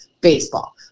baseball